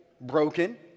broken